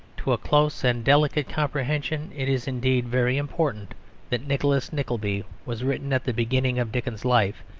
to a close and delicate comprehension it is indeed very important that nicholas nickleby was written at the beginning of dickens's life,